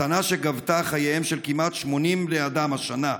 מתנה שגבתה את חייהם של כמעט 80 בני אדם השנה,